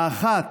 האחת: